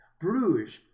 Bruges